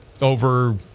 over